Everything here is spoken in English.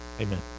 amen